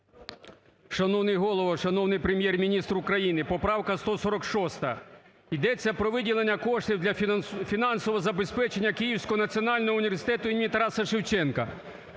Шановний Голово, шановний Прем'єр-міністр України! Поправка 146. Йдеться про виділення коштів для фінансового забезпечення Київського національного